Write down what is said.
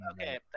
okay